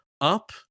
up